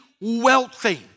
wealthy